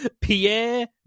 Pierre